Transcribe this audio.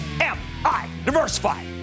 M-I-Diversify